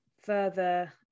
further